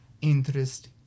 interest